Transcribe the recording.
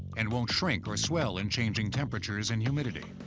and won't shrink or swell in changing temperatures and humidity.